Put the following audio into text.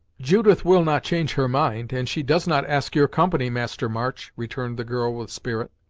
judith will not change her mind, and she does not ask your company, master march, returned the girl with spirit.